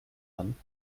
dann